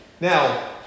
Now